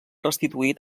restituït